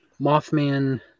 Mothman